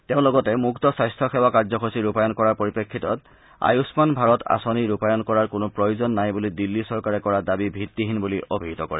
তেওঁ লগতে বিনামূলীয়া স্বাস্থ্য সেৱা কাৰ্যসূচী ৰূপায়ন কৰাৰ পৰিপ্ৰেক্ষিতত আয়ুস্মান ভাৰত আঁচনি ৰূপায়ন কৰাৰ কোনো প্ৰয়োজন নাই বুলি দিল্লী চৰকাৰে কৰা দাবী ভীত্তিহীন বুলি অভিহিত কৰে